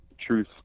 Truth